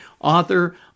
author